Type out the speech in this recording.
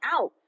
out